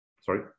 Sorry